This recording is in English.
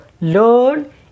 learn